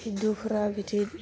हिन्दुफ्रा बिदि